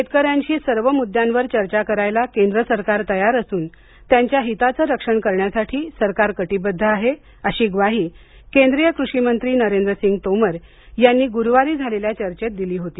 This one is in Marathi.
शेतकऱ्यांशी सर्व मुद्द्यांवर चर्चा करायला केंद्र सरकार तयार असून त्यांच्या हिताचं रक्षण करण्यासाठी सरकार कटिबद्ध आहे अशी ग्वाही केंद्रीय कृषी मंत्री नरेंद्रसिंग तोमर यांनी गुरूवारी झालेल्या चर्चेत दिली होती